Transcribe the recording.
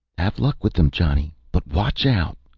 have luck with them, johnny! but watch out!